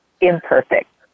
imperfect